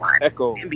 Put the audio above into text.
Echo